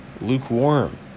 lukewarm